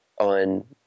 on